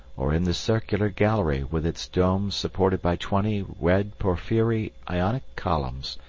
or in the circular gallery with its dome supported by twenty red porphyry ionic columns,